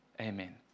Amen